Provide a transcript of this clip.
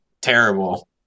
terrible